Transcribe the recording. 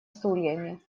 стульями